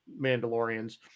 mandalorians